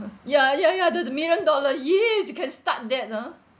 ya ya ya the the million dollar yes you can start that ah